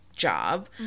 job